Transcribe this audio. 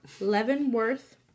Leavenworth